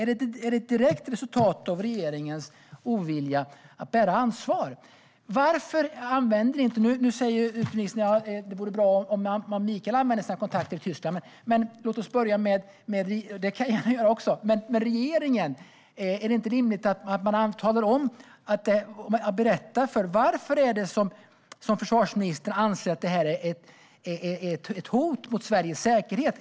Är det ett direkt resultat av regeringens ovilja att bära ansvar? Nu säger utrikesministern: Det vore bra om Mikael Oscarsson använde sina kontakter i Tyskland. Det kan jag gärna göra. Men låt oss börja med regeringen. Är det inte rimligt att man berättar varför försvarsministern anser att det är ett hot mot Sveriges säkerhet?